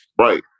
Right